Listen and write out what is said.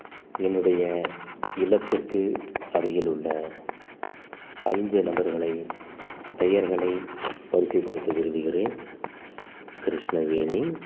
என்னுடைய இல்லத்திற்கு அருகிலுள்ள ஐந்து நபர்களை பெயர்களை வரிசைப்படுத்த விரும்புகிறேன் கிருஷ்ணவேணி